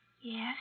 Yes